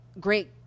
Great